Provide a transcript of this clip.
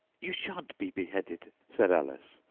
you shan't be beheaded said alice,